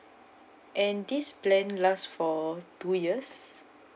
and this plan last for two years